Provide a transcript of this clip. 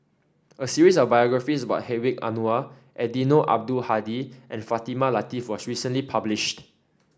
a series of biographies about Hedwig Anuar Eddino Abdul Hadi and Fatimah Lateef was recently published